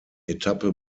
etappe